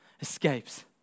escapes